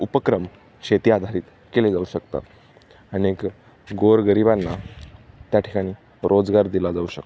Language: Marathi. उपक्रम शेती आधारित केले जाऊ शकतात अनेक गोर गरिबांना त्या ठिकाणी रोजगार दिला जाऊ शकतो